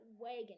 wagon